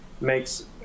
makes